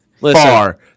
far